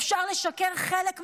אפשר לשקר חלק מהזמן,